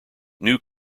new